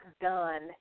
done